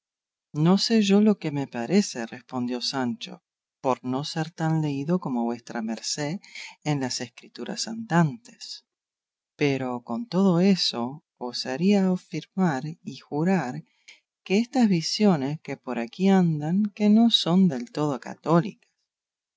no sé yo lo que me parece respondió sancho por no ser tan leído como vuestra merced en las escrituras andantes pero con todo eso osaría afirmar y jurar que estas visiones que por aquí andan que no son del todo católicas